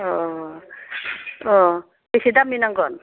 अह अह बेसे दामनि नांगोन